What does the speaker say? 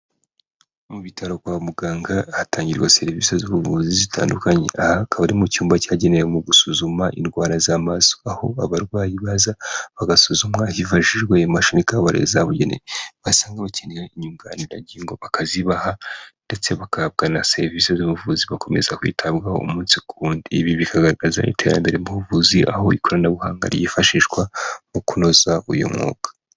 Mu bitaro kwa muganga hatangirwa serivisi z'ubuvuzi zitandukanye, aha hakaba ari mu cyumba cyagenewe mu gusuzuma indwara z'amaso, aho abarwayi baza bagasuzumwa hifashijwe imashini zabugenewe, basanga bakeneye inyunganirangingo bakazibaha, ndetse bagahabwa na serivisi z'ubuvuzi, bakomeza kwitabwaho umunsi ku wundi, ibi bikagaragaza iterambere mu buvuzi, aho ikoranabuhanga ryifashishwa mu kunoza uyu mwuga.